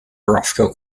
roscoe